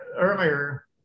earlier